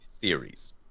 theories